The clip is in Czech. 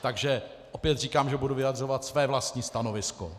Takže opět říkám, že budu vyjadřovat své vlastní stanovisko.